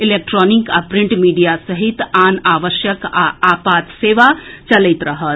electronic आ print media सहित आन आवश्यक आ आपात सेवा चलैत रहत